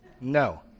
No